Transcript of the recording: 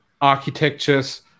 architectures